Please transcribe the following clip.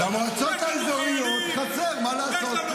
למועצות האזוריות חסר, מה לעשות.